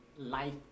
life